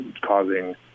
causing